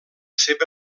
seva